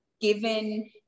given